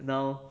now